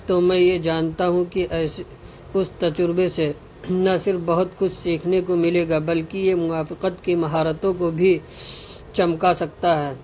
تو میں یہ جانتا ہوں کہ ایسے اس تجربے سے نہ صرف بہت کچھ سیکھنے کو ملے گا بلکہ یہ موافقت کی مہارتوں کو بھی چمکا سکتا ہے